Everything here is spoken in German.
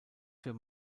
für